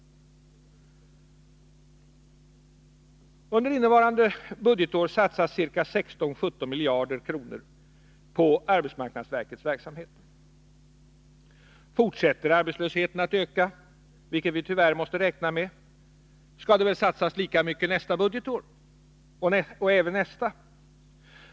Under innevarande budgetår satsas ca 16-17 miljarder kronor på arbetsmarknadsverkets verksamhet. Fortsätter arbetslösheten att öka, vilket vi tyvärr måste räkna med, skall det väl satsas lika mycket nästa budgetår och även nästa.